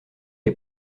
est